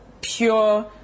pure